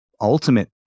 ultimate